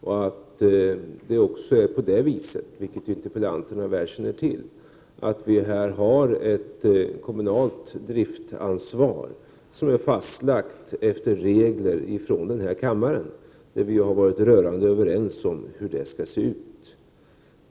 Det är också så, vilket interpellanterna väl känner till, att vi här har ett kommunalt driftansvar, som är fastlagt efter regler från denna kammare om vilka vi har varit rörande överens om hur de Prot. 1988/89:123 skall se ut.